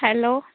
hello